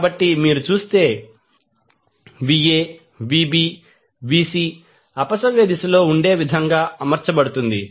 కాబట్టి మీరు చూసేVa Vb Vc అపసవ్య దిశలో ఉండే విధంగా అమర్చబడుతుంది